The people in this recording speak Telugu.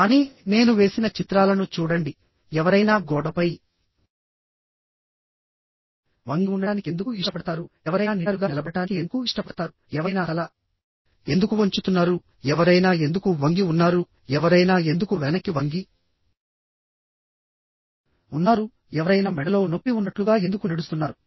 కానీ నేను వేసిన చిత్రాలను చూడండి ఎవరైనా గోడపై వంగి ఉండటానికి ఎందుకు ఇష్టపడతారు ఎవరైనా నిటారుగా నిలబడటానికి ఎందుకు ఇష్టపడతారు ఎవరైనా తల ఎందుకు వంచుతున్నారు ఎవరైనా ఎందుకు వంగి ఉన్నారు ఎవరైనా ఎందుకు వెనక్కి వంగి ఉన్నారు ఎవరైనా మెడలో నొప్పి ఉన్నట్లుగా ఎందుకు నడుస్తున్నారు